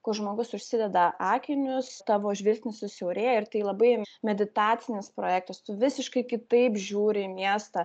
kur žmogus užsideda akinius tavo žvilgsnis susiaurėja ir tai labai meditacinis projektas tu visiškai kitaip žiūri į miestą